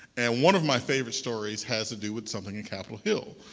and one of my favorite stories has to do with something in capital hill,